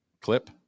clip